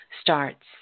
starts